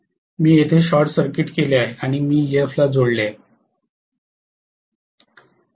मी येथे short circuit केले आहे आणि मी Ef ला येथे जोडले आहे